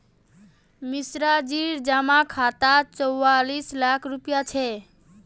मिश्राजीर जमा खातात चौवालिस लाख रुपया छ